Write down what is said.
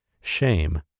shame